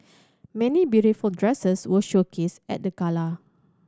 many beautiful dresses were showcased at the gala